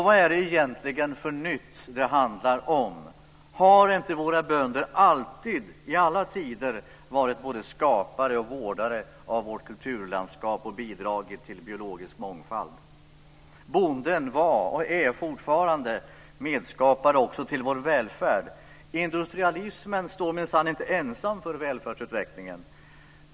Vad är det egentligen för nytt det handlar om? Har inte våra bönder alltid och i alla tider varit både skapare och vårdare av vårt kulturlandskap och bidragit till biologisk mångfald? Bonden var och är fortfarande medskapare också till vår välfärd. Industrialismen står minsann inte ensam för välfärdsutvecklingen.